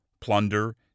plunder